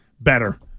better